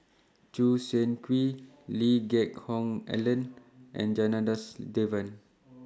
Choo Seng Quee Lee Geck Hoon Ellen and Janadas Devan